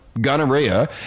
gonorrhea